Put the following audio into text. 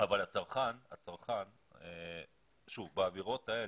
בעבירות האלה,